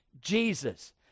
Jesus